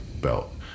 belt